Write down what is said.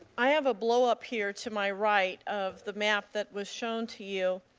i have a blow-up here to my right of the map that was shown to you.